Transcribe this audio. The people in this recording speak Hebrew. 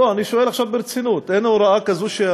לא, אני שואל עכשיו ברצינות: אין הוראה כזו?